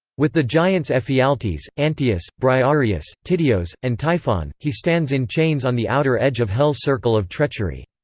with the giants ephialtes, antaeus, briareus, tityos, and typhon, he stands in chains on the outer edge of hell's circle of treachery.